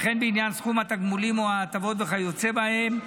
וכן בעניין סכום התגמולים או ההטבות וכיוצא בהם.